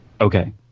Okay